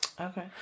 Okay